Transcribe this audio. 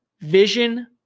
vision